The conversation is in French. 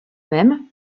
même